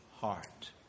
heart